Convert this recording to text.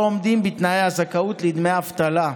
לא עומדים בתנאי הזכאות לדמי אבטלה.